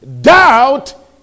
Doubt